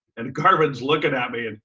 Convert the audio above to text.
and garvin's looking at me, and